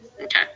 Okay